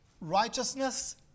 righteousness